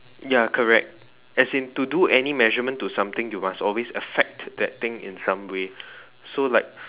ya correct as in to do any measurement to something you must always affect that thing in some way so like